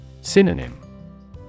Synonym